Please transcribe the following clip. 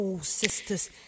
Sisters